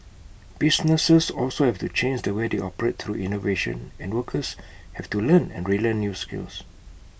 businesses also have to change the way they operate through innovation and workers have to learn and relearn new skills